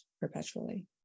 perpetually